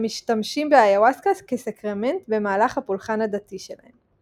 המשתמשים באיוואסקה כסקרמנט במהלך הפולחן הדתי שלהן.